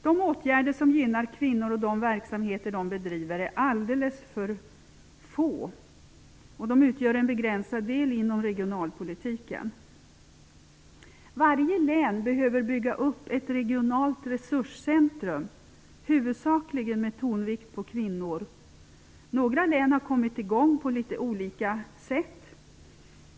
De åtgärder som gynnar kvinnor och de verksamheter som de bedriver är alldeles för få, och de utgör en begränsad del inom regionalpolitiken. Varje län behöver bygga upp ett regionalt resurscentrum -- huvudsakligen med tonvikt på kvinnor. Några län har kommit i gång på litet olika sätt.